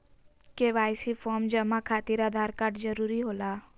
KYC form जमा खातिर Aadhaar card जरूरी होला?